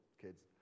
kids